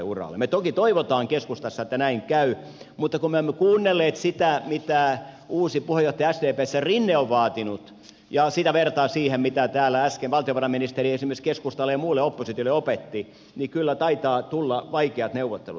me toki toivomme keskustassa että näin käy mutta kun me olemme kuunnelleet sitä mitä uusi puheenjohtaja sdpssä rinne on vaatinut ja sitä vertaa siihen mitä täällä äsken valtiovarainministeri esimerkiksi keskustalle ja muulle oppositiolle opetti niin kyllä taitaa tulla vaikeat neuvottelut